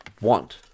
want